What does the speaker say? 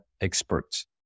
experts